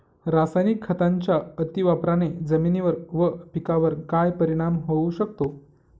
रासायनिक खतांच्या अतिवापराने जमिनीवर व पिकावर काय परिणाम होऊ शकतो?